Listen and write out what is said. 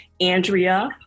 andrea